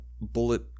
Bullet